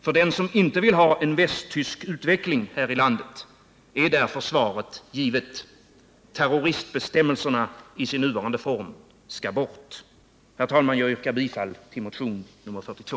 För den som inte vill ha en västtysk utveckling här i landet är därför svaret givet: terroristbestämmelserna i sin nuvarande form skall bort. Herr talman! Jag yrkar bifall till motion nr 42.